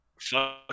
Fuck